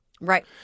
right